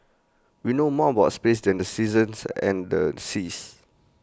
we know more about space than the seasons and the seas